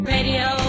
Radio